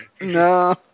No